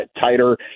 tighter